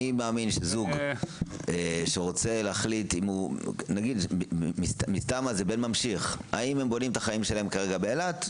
אני מאמין שזוג שרוצה להחליט האם הוא בונה את החיים שלו כרגע באילת,